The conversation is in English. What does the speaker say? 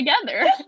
together